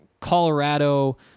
Colorado